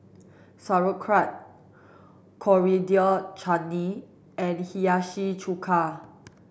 Sauerkraut Coriander Chutney and Hiyashi chuka